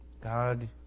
God